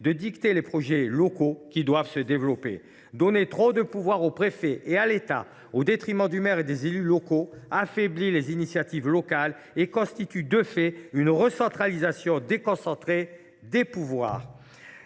de dicter les projets locaux qui doivent se développer. Donner trop de pouvoirs au préfet et à l’État au détriment du maire et des élus locaux affaiblit les initiatives locales, et constitue de fait une recentralisation déconcentrée des pouvoirs.